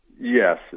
Yes